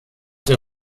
der